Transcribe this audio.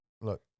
Look